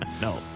No